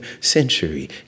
century